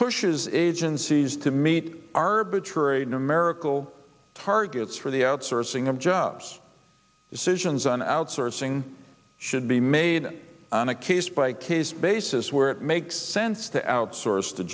pushes agencies to meet arbitrary numerical targets for the outsourcing of jobs decisions on outsourcing should be made on a case by case basis where it makes sense to outsource t